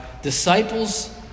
Disciples